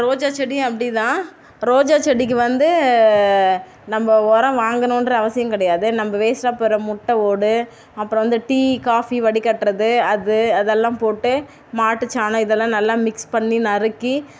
ரோஜா செடியும் அப்படி தான் ரோஜா செடிக்கு வந்து நம்ம உரம் வாங்கணுன்ற அவசியம் கிடையாது நம்ப வேஸ்ட்டாக போகிற முட்டை ஓடு அப்புறம் வந்து டீ காஃபி வடிகட்டுறது அது அதெல்லாம் போட்டு மாட்டு சாணம் இதெல்லாம் நல்லா மிக்ஸ் பண்ணி நறுக்கி